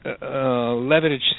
leverage